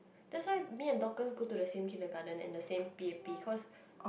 that's why me and Dorcas go to the same Kindergarten and the same p_a_p cause